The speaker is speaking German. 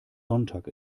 sonntag